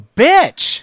bitch